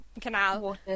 canal